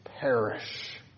perish